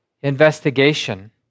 investigation